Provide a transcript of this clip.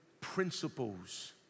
principles